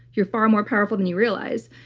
you're far more powerful than you realize.